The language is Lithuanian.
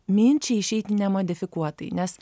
minčiai išeit nemodifikuoti nes